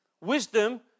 Wisdom